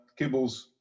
kibbles